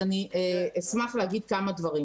אז אני אשמח להגיד כמה דברים